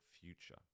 future